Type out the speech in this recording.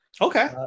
okay